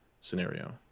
scenario